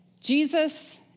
Jesus